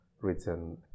written